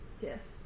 Yes